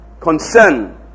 concern